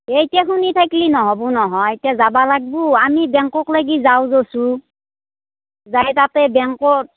এ এতিয়া শুনি থাকলি নহ'ব নহয় এতিয়া যাবা লাগবু আমি বেংকক লাগি যাওঁ যৌ চোন যাই তাতে বেংকত